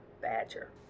badger